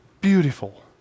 Beautiful